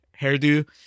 hairdo